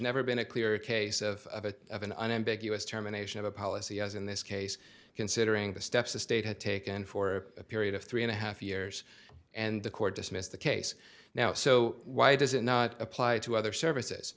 never been a clear case of a of an unambiguous terminations of a policy as in this case considering the steps the state had taken for a period of three and a half years and the court dismissed the case now so why does it not apply to other services